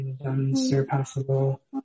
unsurpassable